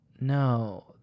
No